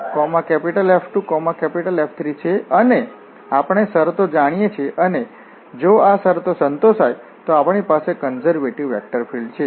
તેથી અહીં F1 F2 F3 છે અને આપણે શરતો જાણીએ છીએ અને જો આ શરતો સંતોષાય છે તો આપણી પાસે કન્ઝર્વેટિવ વેક્ટર ફીલ્ડ્ છે